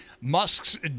Musk's